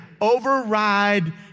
override